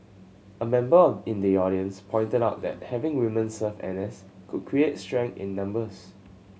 a member in the audience pointed out that having woman serve N S could create strength in numbers